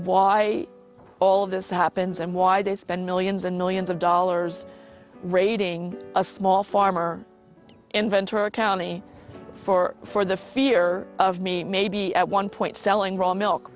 why all of this happens and why they spend millions and millions of dollars raiding a small farmer in ventura county for for the fear of me maybe at one point selling raw milk